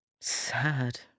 sad